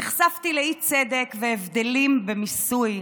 נחשפתי לאי-צדק והבדלים במיסוי.